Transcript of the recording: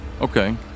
Okay